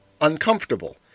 uncomfortable